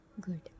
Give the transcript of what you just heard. Good